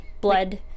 blood